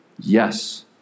Yes